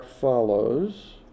follows